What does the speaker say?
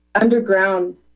underground